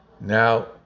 Now